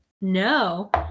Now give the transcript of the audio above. No